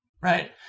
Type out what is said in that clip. Right